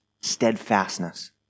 steadfastness